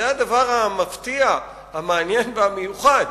זה הדבר המפתיע, המעניין והמיוחד: